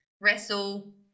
wrestle